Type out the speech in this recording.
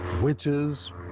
witches